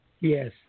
yes